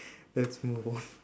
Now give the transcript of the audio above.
let's move on